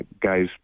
guys